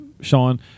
Sean